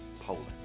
Poland